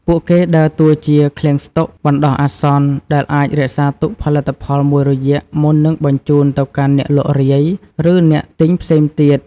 ពួកគេដើរតួជា "ឃ្លាំងស្តុក" បណ្តោះអាសន្ន ដែលអាចរក្សាទុកផលិតផលមួយរយៈមុននឹងបញ្ជូនទៅកាន់អ្នកលក់រាយ ឬអ្នកទិញផ្សេងទៀត។